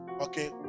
okay